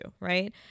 right